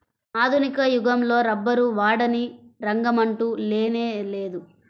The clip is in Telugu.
ఆధునిక యుగంలో రబ్బరు వాడని రంగమంటూ లేనేలేదు